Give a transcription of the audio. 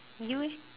you leh